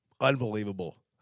Unbelievable